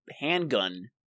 Handgun